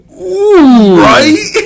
Right